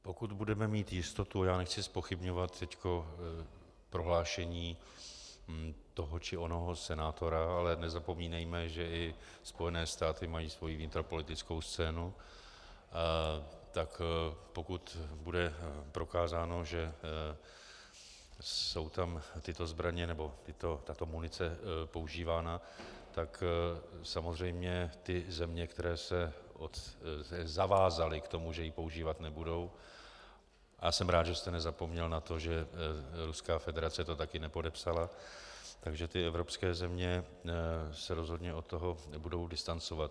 Pokud budeme mít jistotu já nechci zpochybňovat teď prohlášení toho či onoho senátora, ale nezapomínejme, že i Spojené státy mají svoji vnitropolitickou scénu tak pokud bude prokázáno, že jsou tam tyto zbraně nebo tato munice používána, tak samozřejmě ty země, které se zavázaly k tomu, že ji používat nebudou a jsem rád, že jste nezapomněl na to, že Ruská federace to taky nepodepsala takže evropské země se rozhodně od toho nebudou distancovat.